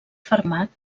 fermat